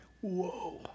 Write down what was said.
whoa